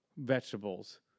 vegetables